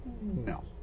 No